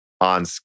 on